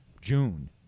June